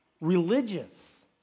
religious